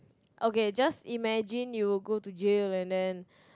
okay just imagine you go to jail and then